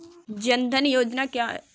जनधन योजना क्या है?